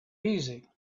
easy